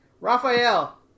Raphael